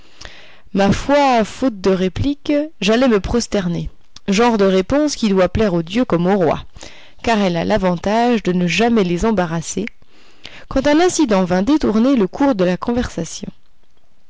ma foi faute de réplique j'allais me prosterner genre de réponse qui doit plaire aux dieux comme aux rois car elle a l'avantage de ne jamais les embarrasser quand un incident vint détourner le cours de la conversation